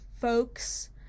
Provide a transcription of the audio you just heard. folks